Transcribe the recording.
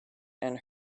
and